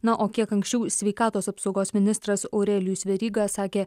na o kiek anksčiau sveikatos apsaugos ministras aurelijus veryga sakė